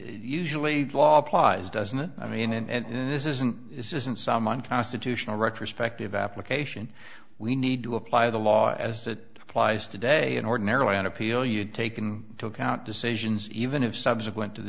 usually law applies doesn't it i mean and this isn't this isn't some unconstitutional retrospective application we need to apply the law as it applies today and ordinarily on appeal you'd taken into account decisions even if subsequent to the